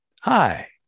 Hi